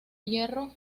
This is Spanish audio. hierro